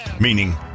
meaning